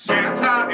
Santa